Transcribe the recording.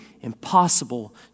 impossible